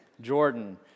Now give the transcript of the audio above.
Jordan